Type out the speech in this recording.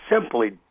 simply